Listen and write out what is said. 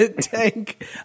tank